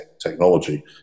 technology